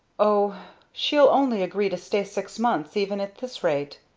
o she'll only agree to stay six months even at this rate!